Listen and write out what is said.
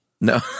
No